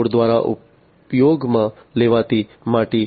છોડ દ્વારા ઉપયોગમાં લેવાતી માટી